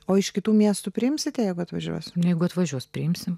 o iš kitų miestų priimsite jeigu atvažiuos jeigu atvažiuos priimsi